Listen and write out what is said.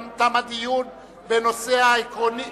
תם הדיון בנושא העקרוני,